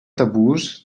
tabús